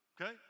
Okay